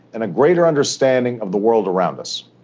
and a greater understanding of the world around us.